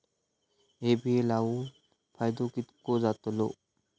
हे बिये लाऊन फायदो कितको जातलो?